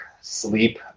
Sleep